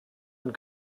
und